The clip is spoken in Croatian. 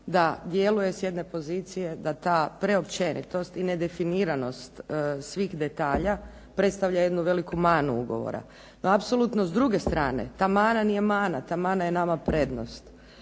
da djeluje s jedne pozicije da ta preopćenitost i nedefiniranost svih detalja, predstavlja jednu veliku manu ugovora. Apsolutno s druge strane ta mana nije mana, ta mana je nama prednost.